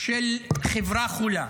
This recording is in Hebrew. של חברה חולה.